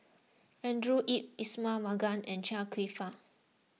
Andrew Yip Ismail Marjan and Chia Kwek Fah